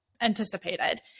anticipated